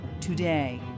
today